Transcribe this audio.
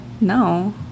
no